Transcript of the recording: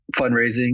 fundraising